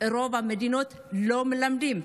לא מלמדים.